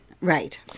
Right